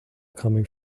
coming